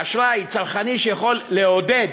באשראי צרכני שיכול לעודד